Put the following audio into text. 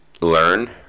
learn